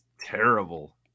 terrible